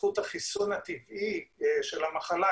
ניסיונות קליניים בחיסון שמתבצעות במרכז אחד,